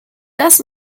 das